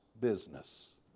business